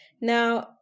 Now